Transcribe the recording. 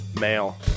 male